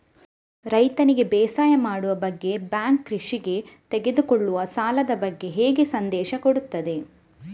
ರೈತನಿಗೆ ಬೇಸಾಯ ಮಾಡುವ ಬಗ್ಗೆ ಬ್ಯಾಂಕ್ ಕೃಷಿಗೆ ತೆಗೆದುಕೊಳ್ಳುವ ಸಾಲದ ಬಗ್ಗೆ ಹೇಗೆ ಸಂದೇಶ ಕೊಡುತ್ತದೆ?